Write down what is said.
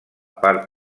part